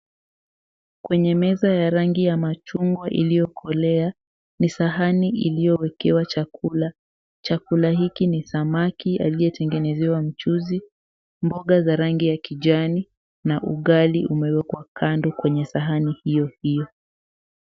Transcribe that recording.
Kwenye meza ya rangi ya machungwa iliyokolea ni sahani iliyowekewa chakula, chakula hiki ni samaki aliyotengenezewa mchuzi, mboga za rangi ya kijani na ugali umewekwa kwenye sahani hiyo hiyo.